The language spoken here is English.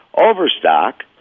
Overstock